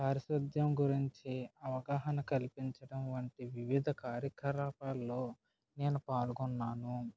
పారిశుద్యం గురించి అవగాహన కల్పించడం వంటి వివిధ కార్యకలాపాల్లో నేను పాల్గొన్నాను